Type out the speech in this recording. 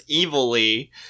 evilly